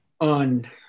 on